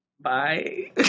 Bye